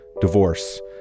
divorce